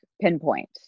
pinpoint